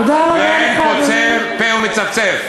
ואין פוצה פה ומצפצף.